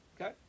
Okay